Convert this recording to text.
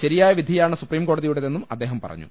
ശരിയായ വിധിയാണ് സുപ്രീംകോടതിയുടേതെന്നും അദ്ദേഹം പറഞ്ഞു